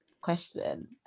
question